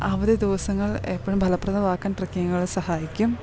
അവധി ദിവസങ്ങൾ എപ്പോഴും ഫലപ്രദമാക്കാൻ ട്രക്കിങ്ങൾ സഹായിക്കും